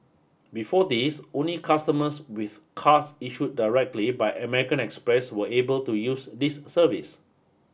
before this only customers with cards issued directly by American Express were able to use this service